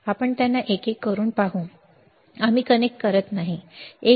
आपण त्यांना एक एक करून पाहू आम्ही कनेक्ट करत नाही 1